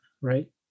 Right